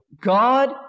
God